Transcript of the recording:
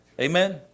Amen